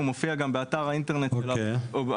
הוא מופיע גם באתר האינטרנט של הוועדות.